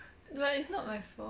but it's not my fault